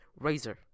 Razer